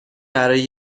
برای